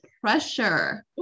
pressure